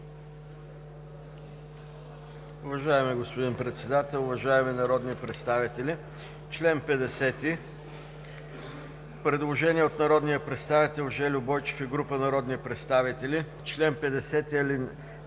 Уважаеми господин Председател, уважаеми народни представители! Член 50. Предложение от народния представител Жельо Бойчев и група народни представители: „В чл. 50,